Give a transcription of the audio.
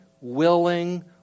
willing